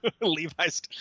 Levi's